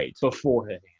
beforehand